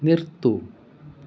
നിർത്തുക